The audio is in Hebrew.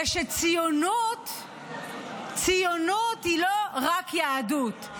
ושציונות, ציונות, היא לא רק יהדות.